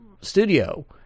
studio